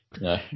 No